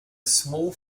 small